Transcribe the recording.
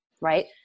right